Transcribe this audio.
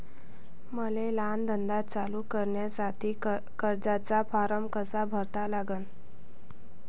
मले लहान धंदा चालू करासाठी कर्जाचा फारम कसा भरा लागन?